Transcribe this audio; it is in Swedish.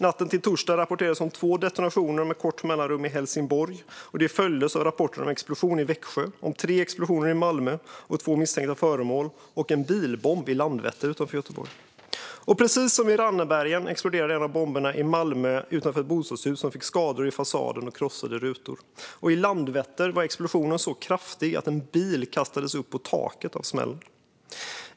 Natten till torsdagen rapporterades om två detonationer med kort mellanrum i Helsingborg, och de följdes av rapporter om en explosion i Växjö, om tre explosioner i Malmö och två misstänka föremål samt om en bilbomb i Landvetter utanför Göteborg. Precis som i Rannebergen exploderade en av bomberna i Malmö utanför ett bostadshus med skador i fasaden och krossade rutor. I Landvetter var explosionen så kraftig att en bil kastades upp på taket av smällen.